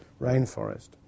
rainforest